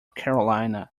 carolina